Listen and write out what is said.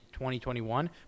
2021